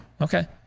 Okay